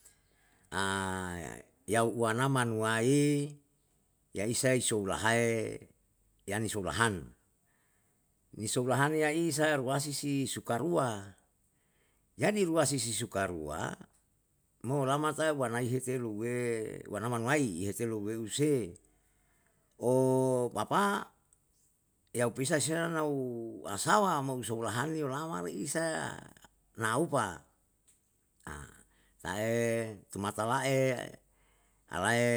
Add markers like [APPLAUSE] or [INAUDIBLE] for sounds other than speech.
[HESITATION] yau wana manuwai yaisa soulahae yani soulahan, nisaolahan yaisa ruasi si suka rua, jadi ruasi si suka rua, mo olama tae wanai heteluwe, wanaman waiihete louwe huse, opapa, yau pisah sinanau asawa mau soulahan yo lama reisa naupa [HESITATION] sae tumata lae alae